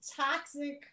toxic